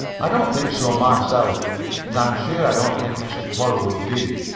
i don't think so myself and i'm sure i don't think i should quarrel with you,